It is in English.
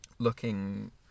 looking